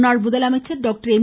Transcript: முன்னாள் முதலமைச்சர் doctor M